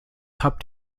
habt